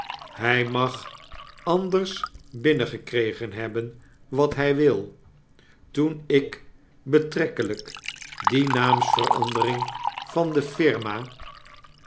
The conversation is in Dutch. hj mag anders binnen fekregen hebben wat hij wil toen ik betrekelyk die naamsverandering van de firma